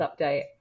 update